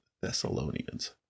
Thessalonians